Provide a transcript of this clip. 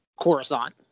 Coruscant